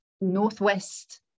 Northwest